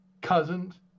Cousins